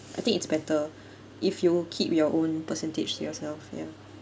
I think it's better if you keep your own percentage yourself ya